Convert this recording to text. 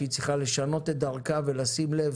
שהיא צריכה לשנות את דרכה ולשים לב